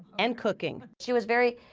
and cooking. she was very,